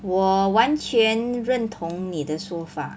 我完全认同你的说法